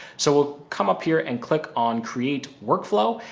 so we'll come up here and click on create workflow.